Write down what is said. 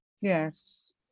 Yes